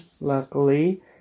luckily